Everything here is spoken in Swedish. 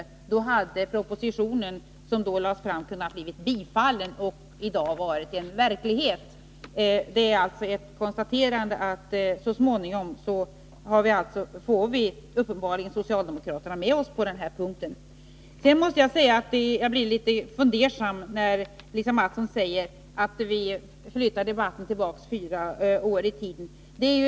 I så fall hade den proposition som då lades fram kunnat bli bifallen och i dag vara en verklighet. Det är alltså ett konstaterande att vi så småningom uppenbarligen får socialdemokraterna med oss på den här punkten. Jag blir litet fundersam när Lisa Mattson säger att vi flyttar debatten fyra år tillbaka i tiden.